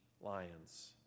lions